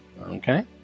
Okay